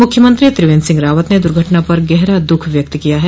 मुख्यमंत्री त्रिवेन्द्र सिंह रावत ने दुर्घटना पर गेहरा दुख व्यक्त किया है